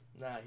Nah